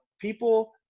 people